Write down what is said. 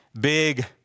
big